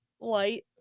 light